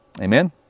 Amen